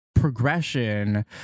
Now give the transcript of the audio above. progression